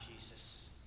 Jesus